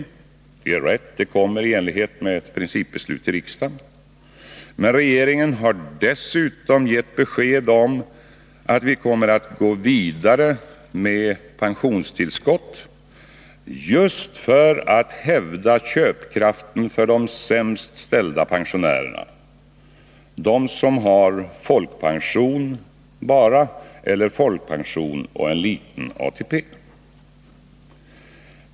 Det är rätt, Olof Palme, att den kommer i enlighet med ett principbeslut i riksdagen, men regeringen har dessutom gett besked om att vi kommer att gå vidare med pensionstillskott just för att hävda köpkraften för de sämst ställda pensionärerna — de som bara har folkpension eller folkpension och en liten ATP.